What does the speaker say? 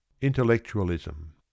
Intellectualism